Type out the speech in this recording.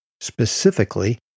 Specifically